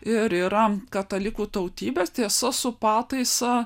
ir yra katalikų tautybės tiesa su pataisa